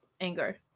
anger